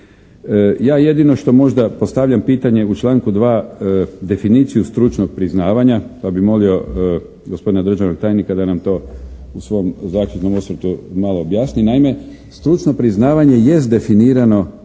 Ja jedino što možda postavljam pitanje u članku 2., definiciju stručnog priznavanja pa bi molio gospodina državnog tajnika da nam to u svom zaključnom osvrtu malo objasni. Naime, stručno priznavanje jest definirano kao priznavanje